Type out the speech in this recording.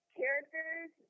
characters